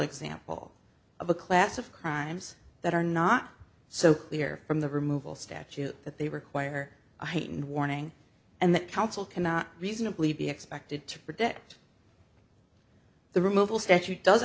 example of a class of crimes that are not so clear from the removal statute that they require a heightened warning and that counsel cannot reasonably be expected to predict the removal statute does